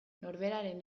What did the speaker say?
norberaren